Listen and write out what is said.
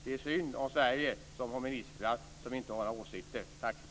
Det är synd om Sverige, som har ministrar som inte har några åsikter.